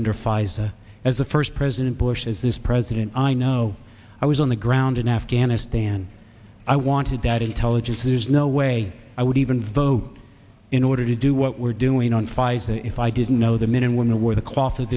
under pfizer as the first president bush is this president i know i was on the ground in afghanistan i wanted that intelligence is no way i would even vote in order to do what we're doing on fison if i didn't know the men and women were the cloth of